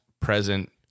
present